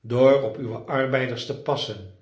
door op uwe arbeiders te passen en